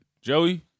Joey